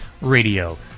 Radio